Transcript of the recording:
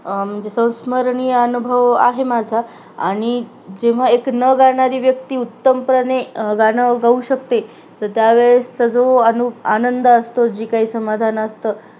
म्हणजे संस्मरणीय अनुभव आहे माझा आणि जेव्हा एक न गाणारी व्यक्ती उत्तमपणे गाणं गाऊ शकते तर त्यावेळेसचा जो आनु आनंद असतो जी काही समाधान असतं